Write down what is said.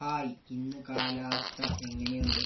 hi ഇന്ന് കാലാവസ്ഥ എങ്ങനെയുണ്ട്